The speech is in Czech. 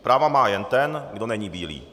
Práva má jen ten, kdo není bílý.